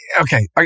okay